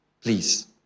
Please